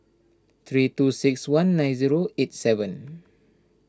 three two six one nine zero eight seven